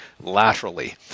laterally